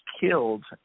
killed